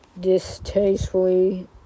distastefully